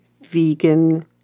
vegan